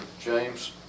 James